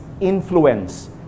influence